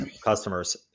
customers